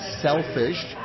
selfish